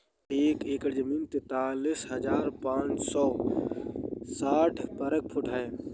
एक एकड़ जमीन तैंतालीस हजार पांच सौ साठ वर्ग फुट है